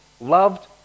loved